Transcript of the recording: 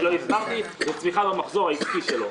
זו צמיחה במחזור העסקי שלו.